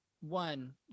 one